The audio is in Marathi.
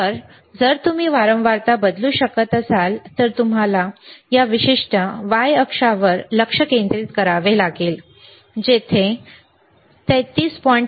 तर पुन्हा जर तुम्ही वारंवारता बदलू शकत असाल तर तुम्हाला या विशिष्ट y अक्षावर लक्ष केंद्रित करावे लागेल जेथे ते 33